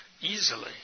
easily